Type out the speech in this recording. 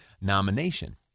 nomination